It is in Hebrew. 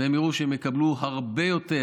והם יראו שהם יקבלו הרבה יותר,